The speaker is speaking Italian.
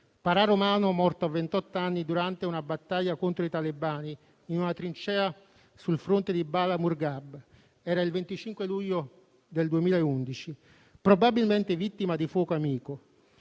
parà romano morto a ventotto anni durante una battaglia contro i talebani in una trincea sul fronte di Bala Murghab, il 25 luglio del 2011, probabilmente vittima di fuoco amico.